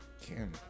Kim